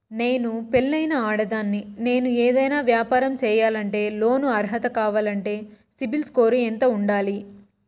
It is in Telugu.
నేను పెళ్ళైన ఆడదాన్ని, నేను ఏదైనా వ్యాపారం సేయాలంటే లోను అర్హత కావాలంటే సిబిల్ స్కోరు ఎంత ఉండాలి?